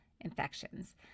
infections